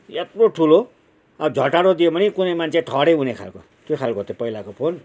यत्रो ठुलो अब झटारो दियो भने कुनै मान्छे ठहरै हुने खालको त्यो खालको थियो पहिलाको फोन